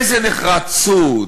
איזו נחרצות,